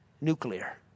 nuclear